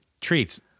Treats